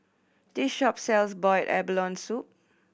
this shop sells boiled abalone soup